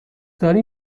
داری